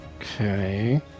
Okay